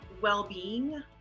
well-being